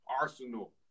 Arsenal